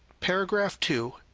paragraph two,